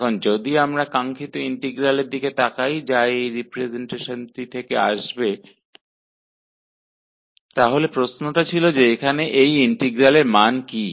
अब यदि हम अभीष्ट इंटीग्रल को देखें जो कि इस रिप्रजेंटेशन से ही प्राप्त हुआ है तो यह प्रश्न था कि यहाँ इस इंटीग्रल का मान क्या है